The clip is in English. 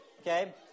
okay